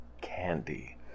candy